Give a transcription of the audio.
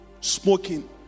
Smoking